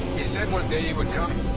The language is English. he said one day you would come.